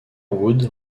woods